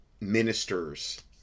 ministers